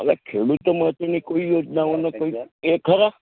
હવે ખેડૂતો માટેની કોઈ યોજનાઓનો કોઈ છે ખરા